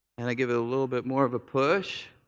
and i give it a little bit more of a push?